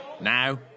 Now